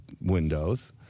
windows